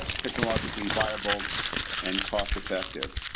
technologically viable and cost effective.